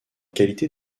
qualité